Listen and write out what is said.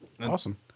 Awesome